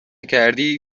کردی